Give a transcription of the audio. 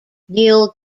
neil